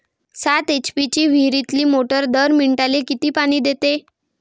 सात एच.पी ची विहिरीतली मोटार दर मिनटाले किती पानी देते?